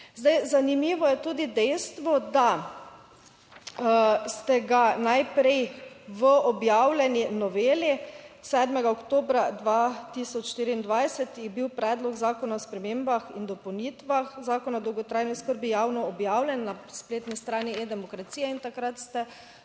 Zdaj zanimivo je tudi dejstvo, da ste ga najprej v objavljeni noveli 7. oktobra 2024, je bil Predlog zakona o spremembah in dopolnitvah Zakona o dolgotrajni oskrbi javno objavljen na spletni strani E-demokracije in takrat ste